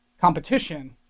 competition